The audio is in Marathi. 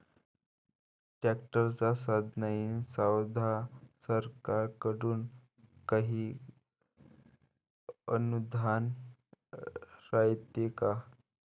ट्रॅक्टरच्या साधनाईवर सध्या सरकार कडून काही अनुदान रायते का?